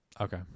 Okay